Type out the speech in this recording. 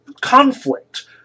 conflict